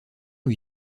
lui